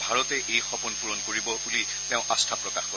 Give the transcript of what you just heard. ভাৰতে এই সপোন পূৰণ কৰিব বুলি তেওঁ আস্থা প্ৰকাশ কৰে